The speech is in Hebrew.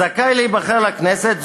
זכאי להיבחר לכנסת,